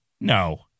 No